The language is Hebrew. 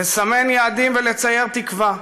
לסמן יעדים ולצייר תקווה.